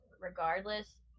regardless